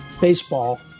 baseball